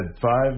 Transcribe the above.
five